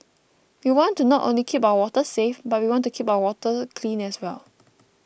we want to not only keep our waters safe but we want to keep our water clean as well